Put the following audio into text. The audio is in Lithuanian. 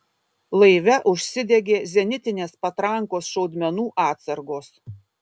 laive užsidegė zenitinės patrankos šaudmenų atsargos